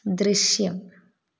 ദൃശ്യം